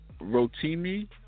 Rotimi